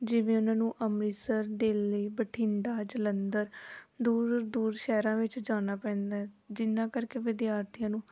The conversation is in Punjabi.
ਜਿਵੇਂ ਉਹਨਾਂ ਨੂੰ ਅੰਮ੍ਰਿਤਸਰ ਦਿੱਲੀ ਬਠਿੰਡਾ ਜਲੰਧਰ ਦੂਰ ਦੂਰ ਸ਼ਹਿਰਾਂ ਵਿੱਚ ਜਾਣਾ ਪੈਂਦਾ ਜਿਹਨਾਂ ਕਰਕੇ ਵਿਦਿਆਰਥੀਆਂ ਨੂੰ